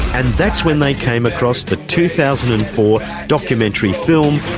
and that's when they came across the two thousand and four documentary film,